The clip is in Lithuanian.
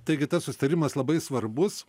taigi tas susitarimas labai svarbus